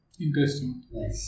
Interesting